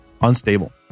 unstable